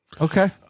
Okay